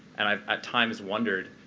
and i've at times wondered,